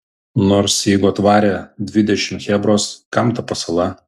nors jeigu atvarė dvidešimt chebros kam ta pasala